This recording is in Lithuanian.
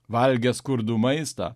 valgė skurdų maistą